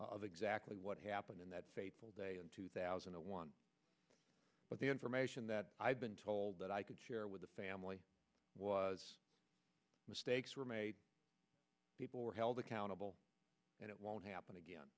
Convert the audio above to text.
of exactly what happened in that fateful day in two thousand and one but the information that i've been told that i could share with the family was mistakes were made people were held accountable and it won't happen again